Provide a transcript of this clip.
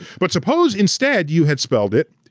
but suppose instead you had spelled it,